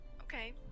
Okay